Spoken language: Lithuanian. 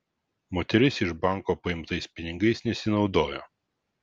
moteris iš banko paimtais pinigais nesinaudojo